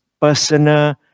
personal